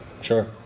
Sure